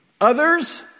Others